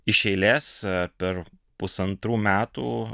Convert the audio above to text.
iš eilės per pusantrų metų